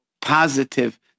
positive